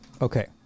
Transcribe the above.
Okay